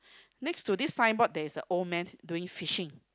next to this signboard there is a old man doing fishing